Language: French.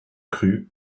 crus